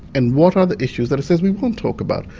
and what are the issues that it says we won't talk about?